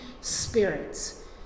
spirits